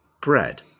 bread